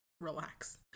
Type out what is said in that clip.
Relax